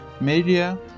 media